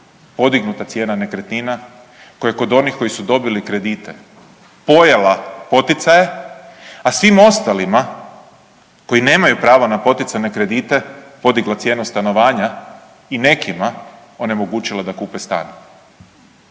podignuta cijena nekretnina koja je kod onih koji su dobili kredite pojela poticaje, a svim ostalima koji nemaju pravo na poticajne kredite podigla cijenu stanovanja i nekima onemogućila da kupe stan.